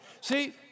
See